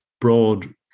broad